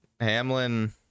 Hamlin